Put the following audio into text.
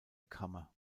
kammer